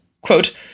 Quote